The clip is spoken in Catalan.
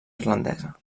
irlandesa